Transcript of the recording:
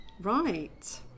Right